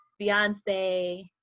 Beyonce